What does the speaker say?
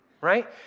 Right